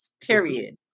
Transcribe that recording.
Period